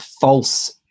false